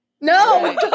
No